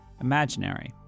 IMAGINARY